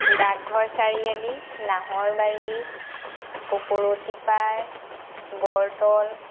ডাকঘৰ চাৰিআলি নাহৰবাৰী আকৌ কৰতিপাৰ বৰতল